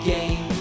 Game